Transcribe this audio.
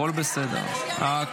הכול בסדר.